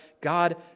God